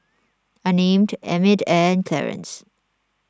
Unnamed Emmitt and Clarice